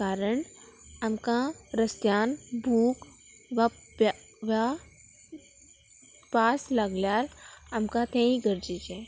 कारण आमकां रस्त्यान भूक वा प्या वा पास लागल्यार आमकां तेंय गरजेचें